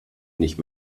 nicht